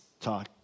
talk